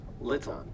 Little